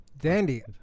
Dandy